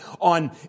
on